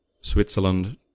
Switzerland